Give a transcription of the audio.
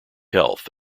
health